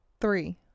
Three